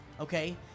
okay